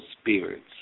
spirits